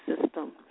system